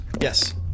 yes